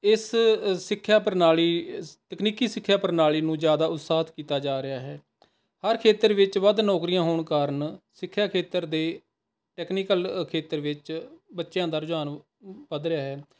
ਇਸ ਸਿੱਖਿਆ ਪ੍ਰਣਾਲੀ ਤਕਨੀਕੀ ਸਿੱਖਿਆ ਪ੍ਰਣਾਲੀ ਨੂੰ ਜ਼ਿਆਦਾ ਉਤਸਾਹਿਤ ਕੀਤਾ ਜਾ ਰਿਹਾ ਹੈ ਹਰ ਖੇਤਰ ਵਿੱਚ ਵੱਧ ਨੌਕਰੀਆਂ ਹੋਣ ਕਾਰਨ ਸਿੱਖਿਆ ਖੇਤਰ ਦੇ ਟੈਕਨੀਕਲ ਖੇਤਰ ਵਿੱਚ ਬੱਚਿਆਂ ਦਾ ਰੁਝਾਨ ਵੱਧ ਰਿਹਾ ਹੈ